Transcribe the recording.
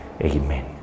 Amen